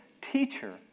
teacher